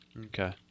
Okay